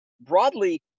broadly